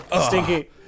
Stinky